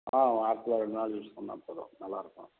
ஆ வாரத்தில் ரெண்டு நாள் யூஸ் பண்ணால் போதும் நல்லாருக்கும்